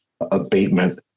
abatement